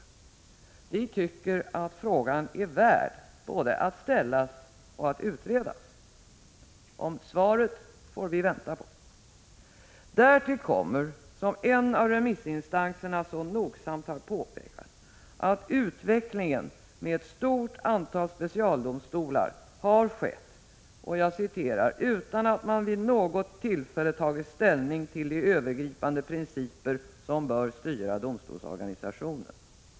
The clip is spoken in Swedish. Vi tycker att frågan är värd både att ställas och att utredas. Svaret får vi vänta på. Därtill kommer, som en av remissinstanserna så nogsamt påpekat, att utvecklingen med ett stort antal specialdomstolar har skett utan att man vid något tillfälle tagit ställning till de övergripande principer som bör styra domstolsorganisationen.